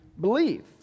believe